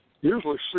usually